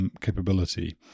capability